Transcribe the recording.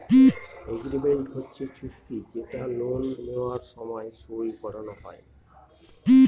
agreement হচ্ছে চুক্তি যেটা লোন নেওয়ার সময় সই করানো হয়